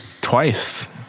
Twice